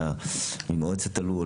ממועצת הלול,